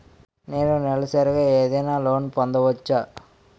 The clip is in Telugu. నేను నెలసరిగా ఏదైనా లోన్ పొందవచ్చా?